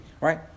right